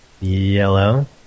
Yellow